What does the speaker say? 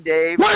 Dave